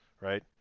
right